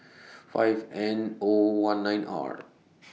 five N O one nine R